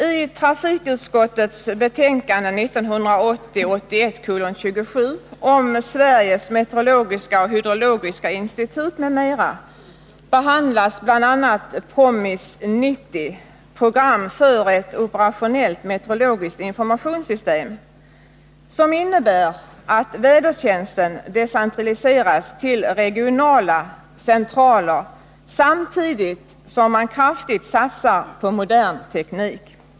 I trafikutskottets betänkande 1980/81:27 om Sveriges meteorologiska och hydrologiska institut m.m. behandlas bl.a. PROMIS 90 , som innebär att vädertjänsten decentraliseras till regionala centraler samtidigt som man kraftigt satsar på modern teknik.